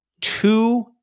two